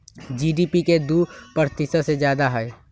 GDP के दु प्रतिशत से जादा हई